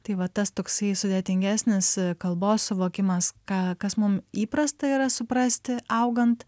tai va tas toksai sudėtingesnis kalbos suvokimas ką kas mums įprasta yra suprasti augant